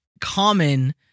common